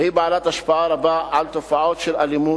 והיא בעלת השפעה רבה על תופעות של אלימות,